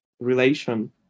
relation